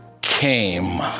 came